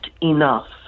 enough